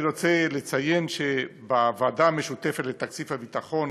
אני רוצה לציין שבוועדה המשותפת לתקציב הביטחון